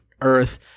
Earth